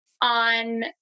on